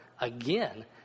again